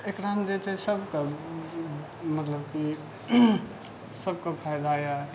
तऽ एकरामे जे छै सबके मतलब कि सबके फाइदा अइ